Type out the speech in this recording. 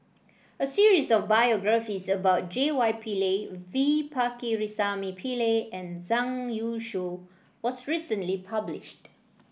a series of biographies about J Y Pillay V Pakirisamy Pillai and Zhang Youshuo was recently published